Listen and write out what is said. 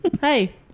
Hey